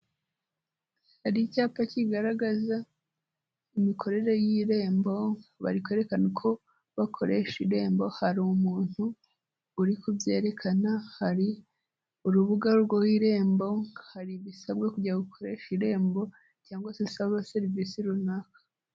Hari icyapa kigaragaza imikorere y'irembo, bari kwerekana uko bakoresha irembo hari umuntu uri kubyerekana, hari urubuga rw'irembo, hari ibisabwa kugira ngo ukoreshe irembo cyangwa se usaba serivisi runaka.